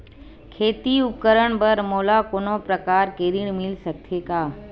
खेती उपकरण बर मोला कोनो प्रकार के ऋण मिल सकथे का?